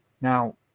Now